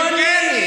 לא אני.